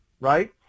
right